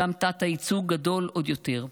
שם התת-ייצוג גדול עוד יותר,